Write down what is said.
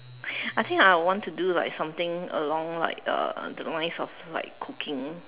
I think I would want to like something along like uh the lines of doing like cooking